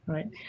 Right